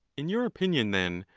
in your opinion, then,